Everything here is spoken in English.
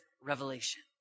revelation